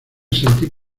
sentí